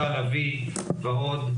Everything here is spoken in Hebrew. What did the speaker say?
ועוד,